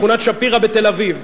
שכונת שפירא בתל-אביב,